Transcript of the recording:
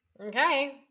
Okay